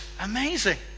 amazing